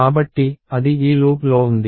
కాబట్టి అది ఈ లూప్లో ఉంది